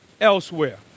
elsewhere